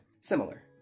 Similar